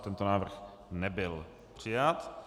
Tento návrh nebyl přijat.